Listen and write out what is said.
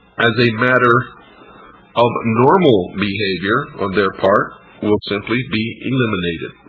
as a matter of normal behavior on their part will simply be eliminated.